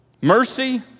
Mercy